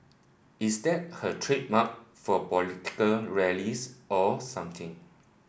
is that her trademark for political rallies or something